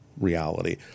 reality